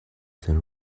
than